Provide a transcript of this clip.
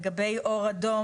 לגבי אור אדום,